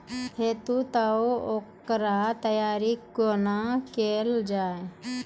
हेतै तअ ओकर तैयारी कुना केल जाय?